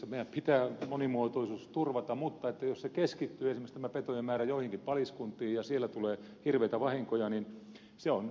meidän pitää monimuotoisuus turvata mutta jos petojen määrä keskittyy esimerkiksi joihinkin paliskuntiin ja siellä tulee hirveitä vahinkoja se on katastrofaalista sille alueelle